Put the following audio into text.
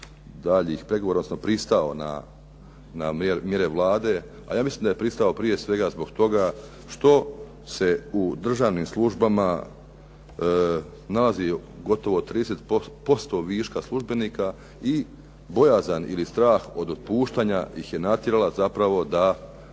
daljnjih pregovora, odnosno pristao na mjere Vlade, a ja mislim da je pristao prije svega zbog toga što se u državnim službama nalazi gotovo 30% viška službenika i bojazan ili strah od otpuštanja ih je natjerala zapravo da